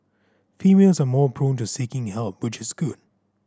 females are more prone to seeking help which is good